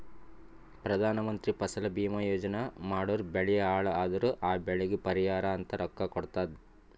ಪ್ರಧಾನ ಮಂತ್ರಿ ಫಸಲ ಭೀಮಾ ಯೋಜನಾ ಮಾಡುರ್ ಬೆಳಿ ಹಾಳ್ ಅದುರ್ ಆ ಬೆಳಿಗ್ ಪರಿಹಾರ ಅಂತ ರೊಕ್ಕಾ ಕೊಡ್ತುದ್